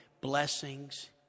blessings